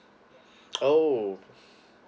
oh